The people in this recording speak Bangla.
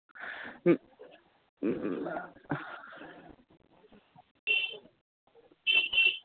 হুম